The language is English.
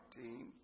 team